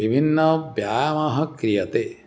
विभिन्नः व्यायामः क्रियते